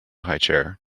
highchair